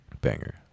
banger